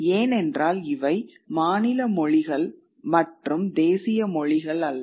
ஏனென்றால் இவை மாநில மொழிகள் மற்றும் தேசிய மொழிகள் அல்ல